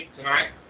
tonight